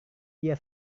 dia